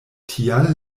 tial